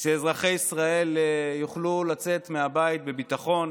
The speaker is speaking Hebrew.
שאזרחי ישראל יוכלו לצאת מהבית בביטחון